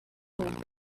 old